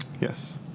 Yes